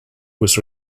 was